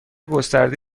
گسترده